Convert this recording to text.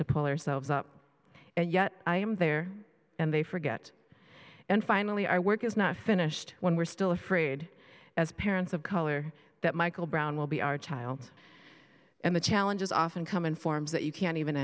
to pull ourselves up and yet i am there and they forget and finally our work is not finished when we're still afraid as parents of color that michael brown will be our child and the challenges often come in forms that you can't even